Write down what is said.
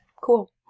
Cool